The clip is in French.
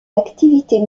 activités